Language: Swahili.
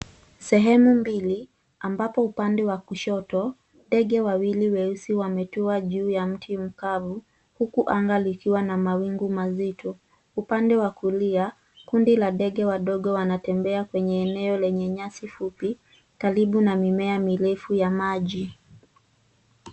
Sehemu mbili ambapo upande wa kushoto ndege wawili weusi wametua juu ya mti mkavu huku anga likiwa na mawingu mazito. Upande wa kulia kundi la ndege wadogo wanatembea kwenye eneo lenye nyasi fupi karibu na mimea mirefu ya maji.